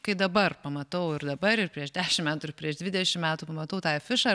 kai dabar pamatau ir dabar ir prieš dešim metų ir prieš dvidešim metų pamatau tą afišą